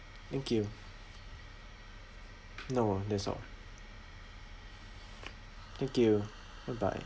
thank you no ah that's all thank you bye bye